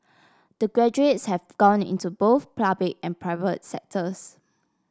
the graduates have gone into both public and private sectors